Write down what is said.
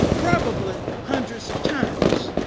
probably hundreds of times.